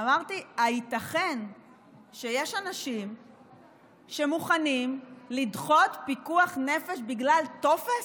אמרתי: הייתכן שיש אנשים שמוכנים לדחות פיקוח נפש בגלל טופס?